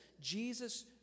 Jesus